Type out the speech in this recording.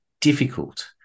difficult